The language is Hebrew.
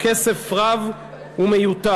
כסף רב ומיותר.